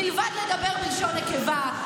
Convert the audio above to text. מלבד לדבר בלשון נקבה,